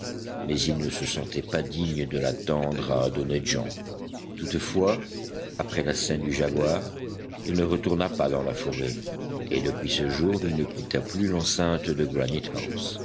mais il ne se sentait pas digne de la tendre à d'honnêtes gens toutefois après la scène du jaguar il ne retourna pas dans la forêt et depuis ce jour il ne quitta plus l'enceinte de